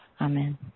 Amen